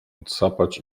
odsapać